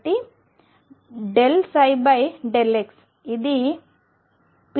కాబట్టి ∂ψ ∂x ఇది p×ψ లాగా ఉంటుంది